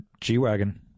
g-wagon